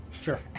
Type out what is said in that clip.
Sure